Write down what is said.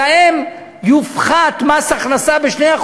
שלהם יופחת מס הכנסה ב-2%.